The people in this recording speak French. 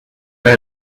par